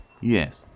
Yes